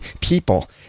people